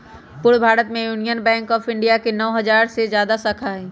पूरे भारत में union bank of India के नौ हजार से जादा शाखा हई